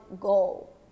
goal